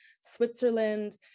Switzerland